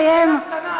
חברת הכנסת בוקר,